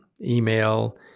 email